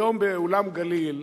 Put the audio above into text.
היום באולם "גליל"